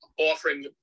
offering